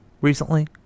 recently